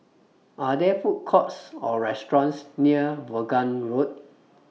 Are There Food Courts Or restaurants near Vaughan Road